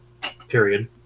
period